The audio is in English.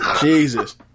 Jesus